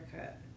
cut